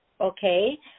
okay